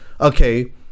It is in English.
Okay